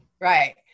Right